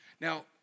Now